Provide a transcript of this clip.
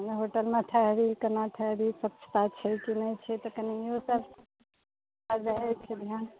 होटलमे ठहरि कोना ठहरि स्वच्छता छै कि नहि छै तऽ कनि ओसभ रहैत छै ध्यान